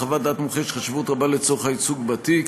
לחוות דעת של מומחה יש חשיבות רבה לצורך הייצוג בתיק,